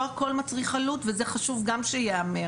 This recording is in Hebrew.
לא הכל מצריך עלות וזה חשוב גם שייאמר,